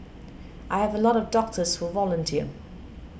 I have a lot of doctors who volunteer